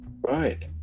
right